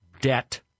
debt